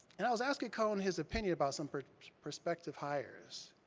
and i was asking cone his opinion about some prospective hires.